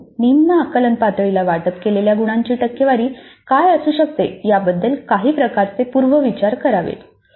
परंतु निम्न आकलन पातळीला वाटप केलेल्या गुणांची टक्केवारी काय असू शकते याबद्दल काही प्रकारचे पूर्व विचार करावेत